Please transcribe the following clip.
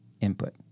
input